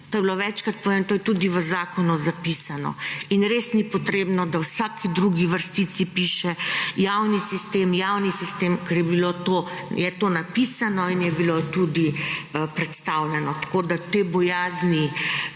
To je bilo večkrat povedano, to je tudi v zakonu zapisano. In res ni potrebno, da v vsaki drugi vrstici piše, javni sistem, javni sistem, ker je bilo to, je to napisano in je bilo tudi predstavljeno. Tako da te bojazni